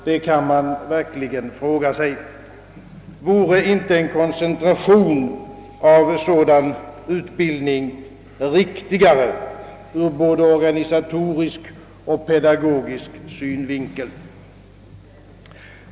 Det kan man verkligen fråga sig. Vore inte en koncentration av sådan utbildning riktigare ur både organisatorisk och pedagogisk synvinkel?